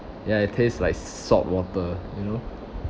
ya it taste like salt water you know